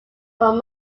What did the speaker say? from